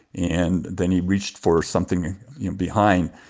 and then he reached for something behind,